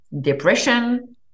depression